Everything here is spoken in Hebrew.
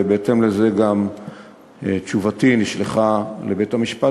ובהתאם לזה גם תשובתי נשלחה לבית-המשפט